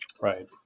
Right